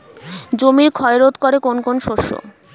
জমির ক্ষয় রোধ করে কোন কোন শস্য?